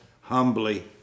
humbly